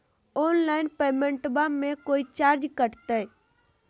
Online पेमेंटबां मे कोइ चार्ज कटते?